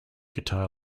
guitar